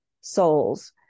souls